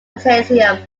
potassium